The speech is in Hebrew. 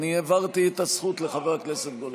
העברתי את הזכות לחבר הכנסת גולן.